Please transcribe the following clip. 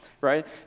right